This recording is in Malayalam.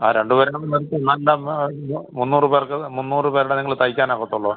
ആ രണ്ട് പേരും കൂടി തുന്നാനുണ്ടാവുമ്പോൾ ഇത് മുന്നൂറ് പേർക്ക് മുന്നൂറ് പേരുടെ നിങ്ങൾ തെയ്ക്കാനാവത്തുള്ളോ